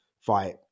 fight